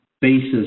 basis